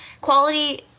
Quality